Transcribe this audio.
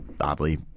oddly